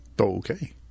Okay